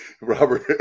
Robert